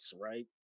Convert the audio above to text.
right